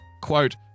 quote